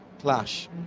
clash